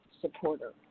supporter